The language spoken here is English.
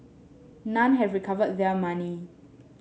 none have recovered their money